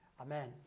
Amen